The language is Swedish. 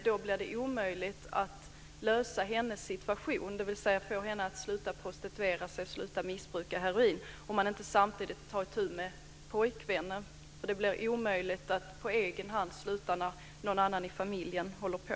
Då blir det omöjligt att lösa hennes situation, dvs. att få henne att sluta prostituera sig och sluta missbruka heroin, om man inte samtidigt tar itu med pojkvännen. Det blir omöjligt att sluta på egen hand när någon annan i familjen håller på.